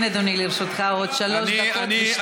כן אדוני, לרשותך עוד שלוש דקות ו-12 שניות.